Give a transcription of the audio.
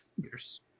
fingers